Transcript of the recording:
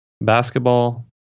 basketball